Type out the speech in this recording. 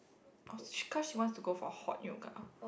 oh cause she wants to go for hot yoga